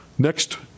Next